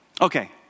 Okay